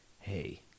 hey